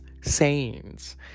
Sayings